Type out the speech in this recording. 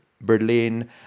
Berlin